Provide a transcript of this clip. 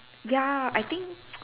ya I think